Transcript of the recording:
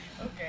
Okay